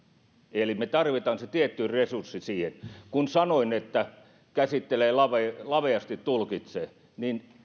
eli me tarvitsemme sen tietyn resurssin siihen kun sanoin että laveasti laveasti tulkitsee niin